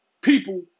people